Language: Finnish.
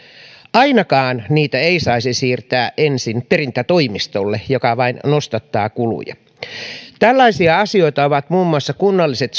ainakaan ei saisi siirtää niitä ensin perintätoimistolle mikä vain nostattaa kuluja tällaisia asioita ovat muun muassa kunnalliset